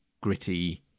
gritty